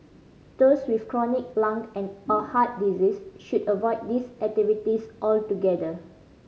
those with chronic lung and or heart disease should avoid these activities altogether